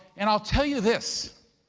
and i'll tell you this,